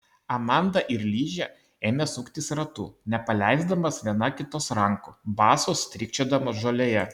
amanda ir ližė ėmė suktis ratu nepaleisdamos viena kitos rankų basos strykčiodamos žolėje